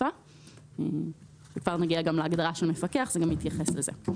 אבל כאשר אחר כך עוברים לסעיף 3(ב)